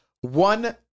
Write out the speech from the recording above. one